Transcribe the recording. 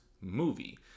movie